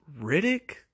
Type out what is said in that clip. Riddick